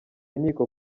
nkiko